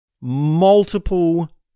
multiple